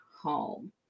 home